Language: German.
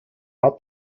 hat